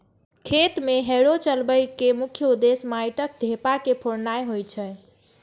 खेत मे हैरो चलबै के मुख्य उद्देश्य माटिक ढेपा के फोड़नाय होइ छै